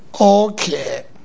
Okay